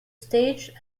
staged